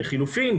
לחילופין,